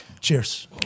Cheers